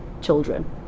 children